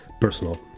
personal